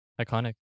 Iconic